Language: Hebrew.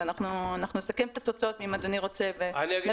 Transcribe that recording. ואנחנו נסכם את התוצאות שלו ואם אדוני רוצה